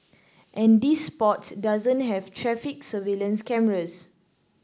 and this spot doesn't have traffic surveillance cameras